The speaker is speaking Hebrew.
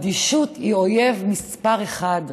אדישות היא אויב מספר אחת.